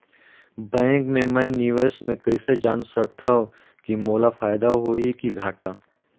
Bank मे मैं निवेश मे कइसे जान सकथव कि मोला फायदा होही कि घाटा?